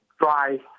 drive